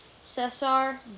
cesar